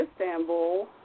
Istanbul